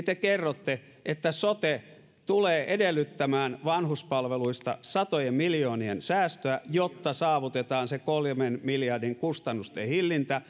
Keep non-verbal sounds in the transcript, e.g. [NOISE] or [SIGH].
[UNINTELLIGIBLE] te kerrotte että sote tulee edellyttämään vanhuspalveluista satojen miljoonien säästöä jotta saavutetaan se kolmen miljardin kustannusten hillintä [UNINTELLIGIBLE]